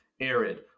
arid